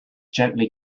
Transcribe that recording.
gently